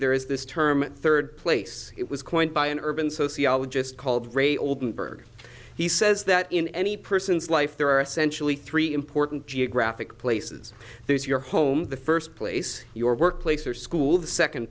there is this term third place it was coined by an urban sociologist called ray oldenburg he says that in any person's life there are essentially three important geographic places there's your home the first place your workplace or school the second